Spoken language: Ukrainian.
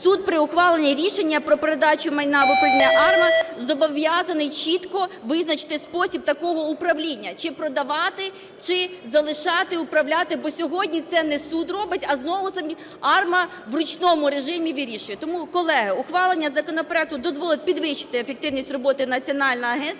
суд при ухваленні рішення про передачу майна в управління АРМА зобов'язаний чітко визначити спосіб такого управління: чи продавати, чи залишати управляти. Бо сьогодні це не суд робить, а знову-таки АРМА в ручному режимі вирішує. Тому, колеги, ухвалення законопроекту дозволить підвищити ефективність роботи національного